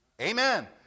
Amen